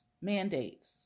mandates